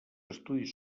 estudis